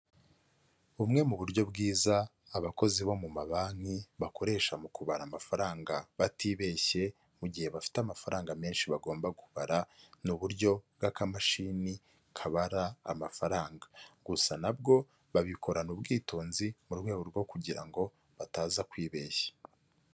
Bumwe mu buryo bwiza abakozi bo mu mabanki bakoresha mu kubara amafaranga batibeshye mu gihe bafite amafaranga menshi bagomba kubara, ni uburyo bw'akamashini kabara amafaranga, gusa nabwo babikorana ubwitonzi, mu rwego rwo kugira ngo bataza kwibeshya.